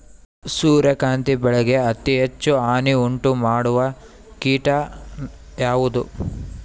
ಸೂರ್ಯಕಾಂತಿ ಬೆಳೆಗೆ ಅತೇ ಹೆಚ್ಚು ಹಾನಿ ಉಂಟು ಮಾಡುವ ಕೇಟ ಯಾವುದು?